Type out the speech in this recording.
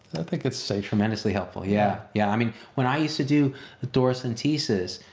i think it's safe. tremendously helpful, yeah. yeah i mean when i used to do thoracentesis,